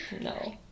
No